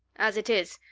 as it is,